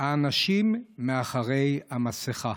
האנשים מאחורי המסכה.